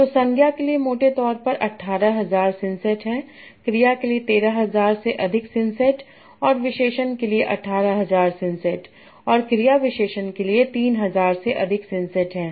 तो संज्ञा के लिए मोटे तौर पर 18000 सिंसेट हैं क्रिया के लिए 13000 से अधिक सिंसेट और विशेषण के लिए 18000 सिंसेट और क्रिया विशेषण के लिए 3000 से अधिक सिंसेट हैं